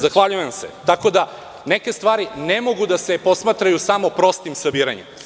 Zahvaljujem se, tako da neke stvari ne mogu da se posmatraju samo prostim sabiranjem.